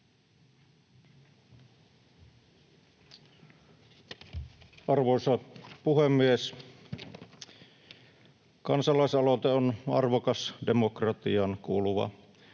Arvoisa puhemies! Kansalaisaloite on arvokas demokratiaan kuuluva